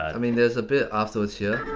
i mean there's a bit afterwards here.